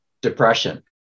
Depression